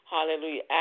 Hallelujah